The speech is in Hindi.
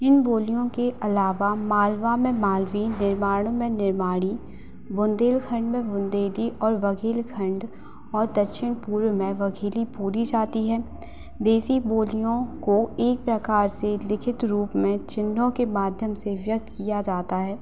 इन बोलियों के अलावा मालवा में मालवी निमाण में निमाड़ी बुंदेलखंड में बुंदेली और बघेलखंड और दक्षिण पूर्व में बघेली बोली जाती है देशी बोलियों को एक प्रकार से लिखित रूप में चिन्हों के माध्यम से व्यक्त किया जाता है